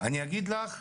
כל הזמן בפרונט,